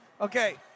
Okay